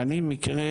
אני מקרה